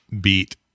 beat